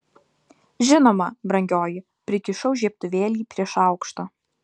žinoma brangioji prikišau žiebtuvėlį prie šaukšto